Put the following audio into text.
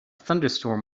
thunderstorm